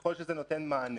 ככל שזה נותן מענה,